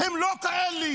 הם לא כאלה.